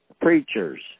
preachers